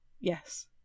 Yes